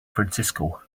francisco